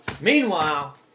Meanwhile